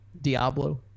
Diablo